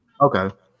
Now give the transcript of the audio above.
Okay